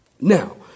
Now